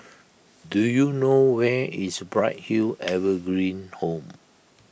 do you know where is Bright Hill Evergreen Home